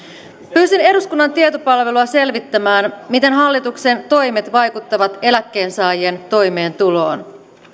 pyysin eduskunnan tietopalvelua selvittämään miten hallituksen toimet vaikuttavat eläkkeensaajien toimeentuloon